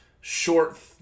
short